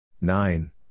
Nine